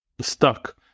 stuck